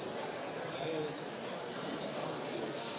Det er en